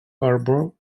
harbour